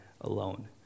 alone